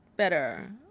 better